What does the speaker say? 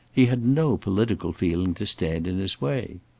he had no political feeling to stand in his way.